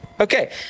Okay